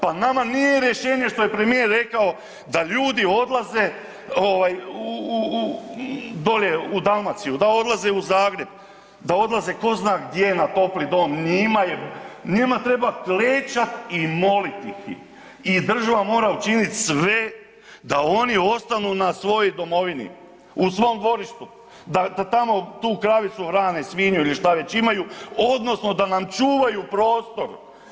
Pa nama nije rješenje što je premijer rekao da ljudi odlaze ovaj u dolje u Dalmaciju, da odlaze u Zagreb, da odlaze ko zna gdje na topli dom, njima je, njima treba klečat i molit ih i država mora učit sve da oni ostanu na svojoj domovini, u svom dvorištu, da, da tamo tu kravicu hrane i svinju ili šta već imaju odnosno da nam čuvaju prostor.